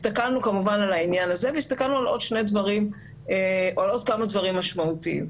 הסתכלנו כמובן על העניין הזה והסתכלנו על עוד כמה דברים משמעותיים.